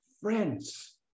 friends